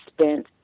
spent